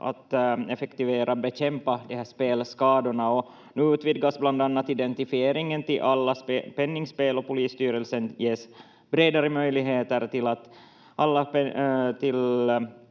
att effektivare bekämpa spelskadorna. Nu utvidgas bland annat identifieringen till alla penningspel och Polisstyrelsen ges bredare möjligheter till att